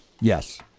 Yes